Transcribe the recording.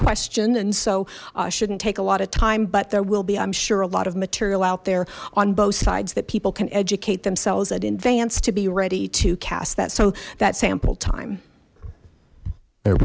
question and so shouldn't take a lot of time but there will be i'm sure a lot of material out there on both sides that people can educate themselves at advance to be ready to cast that so that sample time they